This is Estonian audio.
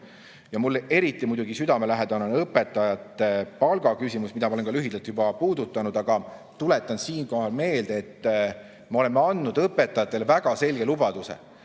on. Mulle eriti südamelähedane on õpetajate palga küsimus, mida ma olen ka lühidalt puudutanud. Tuletan siinkohal meelde, et me oleme andnud õpetajatele väga selge lubaduse,